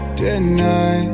deny